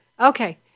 okay